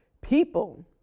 people